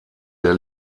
der